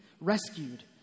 rescued